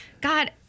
God